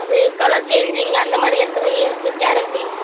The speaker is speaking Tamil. அது கலர் சேஞ்சிங் அந்தமாதிரி எத்தனை இயர்க்கு கேரண்டி